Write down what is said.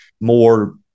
more